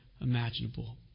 imaginable